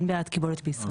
אין בעיית קיבולת בישראל.